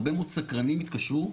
הרבה מאוד סקרנים התקשרו.